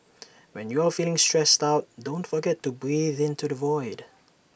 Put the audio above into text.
when you are feeling stressed out don't forget to breathe into the void